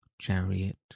chariot